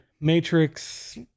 matrix